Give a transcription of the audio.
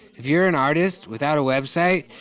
you're an artist without a website?